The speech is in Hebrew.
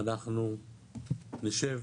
אנחנו נשב